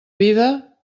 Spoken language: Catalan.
vida